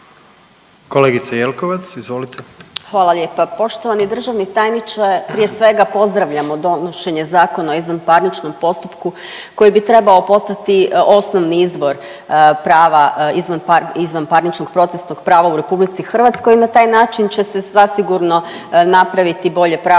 **Jelkovac, Marija (HDZ)** Hvala lijepa. Poštovani državni tajniče prije svega pozdravljamo donošenje Zakona o izvanparničnom postupku koji bi trebao postati osnovni izvor prava izvanparničnog procesnog prava u Republici Hrvatskoj i na taj način će se zasigurno napraviti bolje pravno uređenje